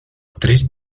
tres